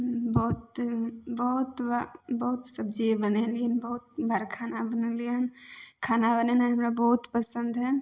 बहुत बहुत बहुत सब्जी बनेलिए बहुत बार खाना बनेलिए हन खाना बनेनाइ हमरा बहुत पसन्द हइ